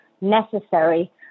necessary